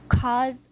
cause